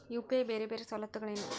UPI ಬೇರೆ ಬೇರೆ ಸವಲತ್ತುಗಳೇನು?